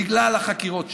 בגלל החקירות שלך.